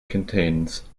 contains